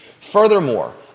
Furthermore